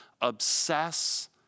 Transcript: Obsess